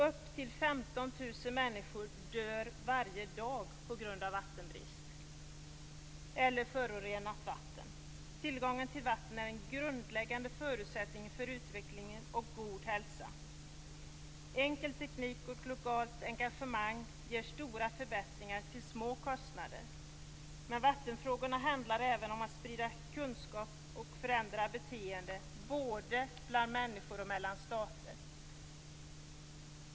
Upp till 15 000 människor dör varje dag på grund av vattenbrist eller förorenat vatten. Tillgången till vatten är en grundläggande förutsättning för utveckling och god hälsa. Enkel teknik och lokalt engagemang ger stora förbättringar till små kostnader. Vattenfrågorna handlar även om att sprida kunskap och förändra beteende både bland människor och mellan stater.